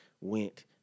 went